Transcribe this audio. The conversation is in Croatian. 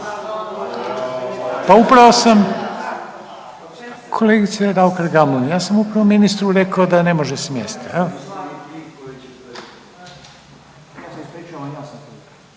Pa upravo sam, kolegice Raukar Gamulin ja sam upravo ministru rekao da ne može s mjesta